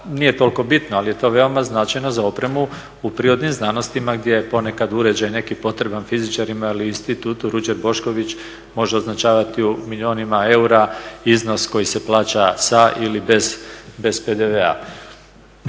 nije toliko bitno ali je to veoma značajno za opremu u prirodnim znanostima gdje je ponekad uređaj neki potreban i fizičarima ili Institutu Ruđer Bošković, može označavati u milijunima eura iznos koji se plaća sa ili bez PDV-a.